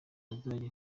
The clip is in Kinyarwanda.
bazajya